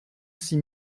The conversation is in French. six